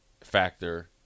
factor